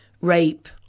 rape